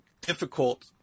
difficult